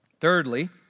Thirdly